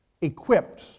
equipped